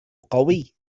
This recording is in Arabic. قوي